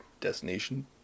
destination